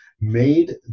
made